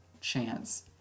chance